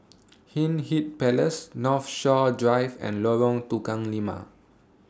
Hindhede Palace Northshore Drive and Lorong Tukang Lima